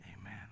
amen